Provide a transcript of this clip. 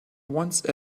once